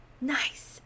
Nice